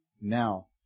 now